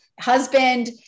husband